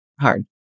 hard